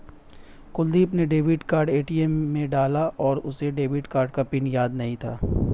कुलदीप ने debit card ATM में डाला पर उसे डेबिट कार्ड पिन याद नहीं था